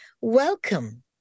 Welcome